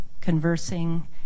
conversing